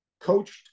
coached